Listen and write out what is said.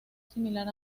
similar